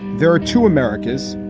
there are two americas.